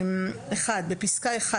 (1)בפסקה (1),